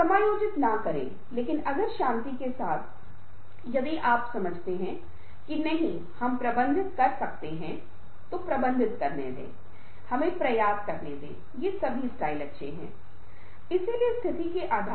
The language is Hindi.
शिष्टाचार फिर से एक विशाल क्षेत्र है जो शिष्टाचार एटिकेट्स Etiquette से शुरू हो सकता है जैसे शिष्टाचार खाद्य पदार्थ ड्रेस कोड में शिष्टाचार और क्या कहने क्या ना कहने क लिए शिष्टाचार है